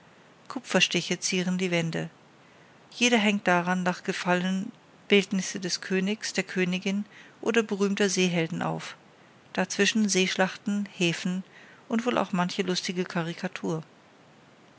kupferstiche zieren die wände jeder hängt daran nach gefallen bildnisse des königs der königin oder berühmter seehelden auf dazwischen seeschlachten häfen und auch wohl manche lustige karikatur